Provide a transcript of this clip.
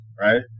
right